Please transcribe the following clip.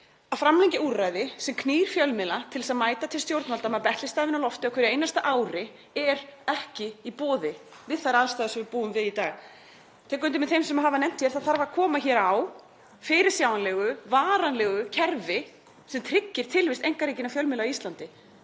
Að framlengja úrræði sem knýr fjölmiðla til að mæta til stjórnvalda með betlistafinn á lofti á hverju einasta ári er ekki í boði við þær aðstæður sem við búum við í dag. Ég tek undir með þeim sem hafa nefnt hér að það þarf að koma hér á fyrirsjáanlegu, varanlegu kerfi sem tryggir tilvist einkarekinna fjölmiðla á Íslandi.